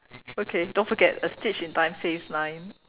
okay don't forget a stitch in time saves nine